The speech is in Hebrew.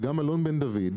וגם אלון בן-דוד,